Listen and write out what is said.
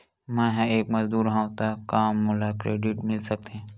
मैं ह एक मजदूर हंव त का मोला क्रेडिट मिल सकथे?